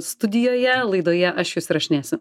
studijoje laidoje aš jus įrašinėsiu